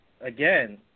again